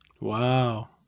Wow